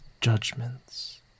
judgments